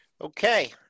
okay